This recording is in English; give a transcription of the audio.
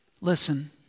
Listen